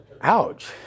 ouch